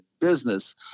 business